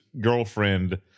girlfriend